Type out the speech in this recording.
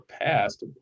passed